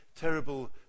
terrible